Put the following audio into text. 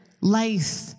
life